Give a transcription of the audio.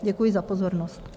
Děkuji za pozornost.